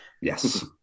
Yes